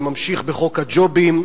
זה ממשיך בחוק הג'ובים,